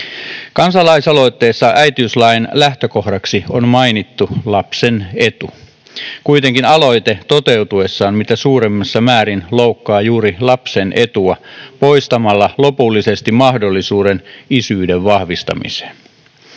Kansalaisaloitteessa äitiyslain lähtökohdaksi on mainittu lapsen etu. Kuitenkin aloite toteutuessaan mitä suurimmassa määrin loukkaa juuri lapsen etua poistamalla lopullisesti mahdollisuuden isyyden vahvistamiseen.